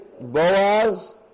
Boaz